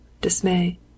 dismay